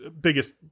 biggest